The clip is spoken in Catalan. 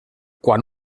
quan